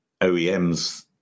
OEMs